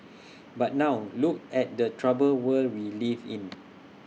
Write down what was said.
but now look at the troubled world we live in